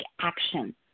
action